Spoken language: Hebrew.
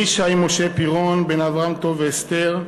אני, שי משה פירון, בן אברהם טוב ואסתר,